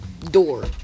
door